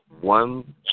one